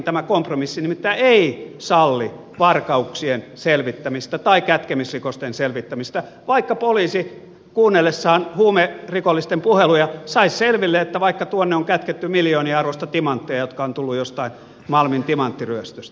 tämä kompromissi nimittäin ei salli varkauksien selvittämistä tai kätkemisrikosten selvittämistä vaikka poliisi kuunnellessaan huumerikollisten puheluja saisi selville että vaikka tuonne on kätketty miljoonien arvosta timantteja jotka ovat tulleet jostain malmin timanttiryöstöstä